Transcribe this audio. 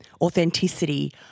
authenticity